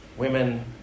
Women